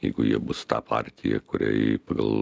jeigu jie bus ta partija kuriai pagal